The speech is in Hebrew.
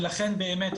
ולכן באמת,